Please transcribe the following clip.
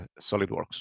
SOLIDWORKS